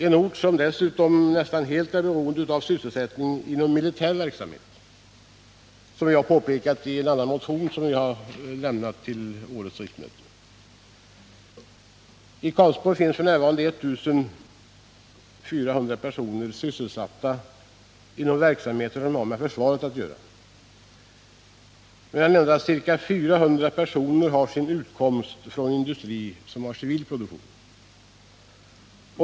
Karlsborg är dessutom en ort som nästan helt är beroende av sysselsättning inom militär verksamhet, som vi påpekat i en motion till årets riksmöte. I Karlsborg är f. n. ca 1 400 personer sysselsatta inom verksamheter som har med försvaret att göra, medan endast ca 400 personer har sin utkomst från industri med civil produktion.